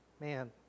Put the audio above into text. man